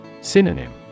Synonym